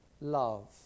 love